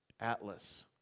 Atlas